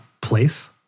place